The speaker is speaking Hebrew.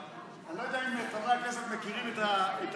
אני לא יודע אם חברי הכנסת מכירים את הסיפור,